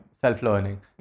self-learning